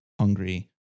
Hungry